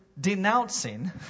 denouncing